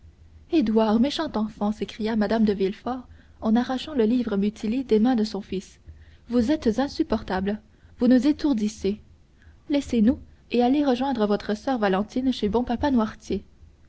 édouard méchant enfant s'écria mme de villefort en arrachant le livre mutilé des mains de son fils vous êtes insupportable vous nous étourdissez laissez-nous et allez rejoindre votre soeur valentine chez bon papa noirtier